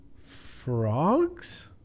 frogs